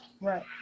right